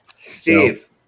Steve